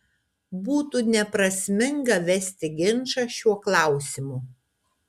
būtų neprasminga vesti ginčą šiuo klausimu